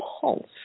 pulse